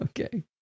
Okay